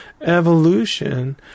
evolution